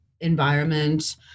environment